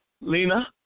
Lena